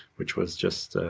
which was just ah